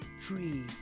Tree